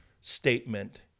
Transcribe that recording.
statement